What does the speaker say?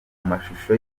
amashusho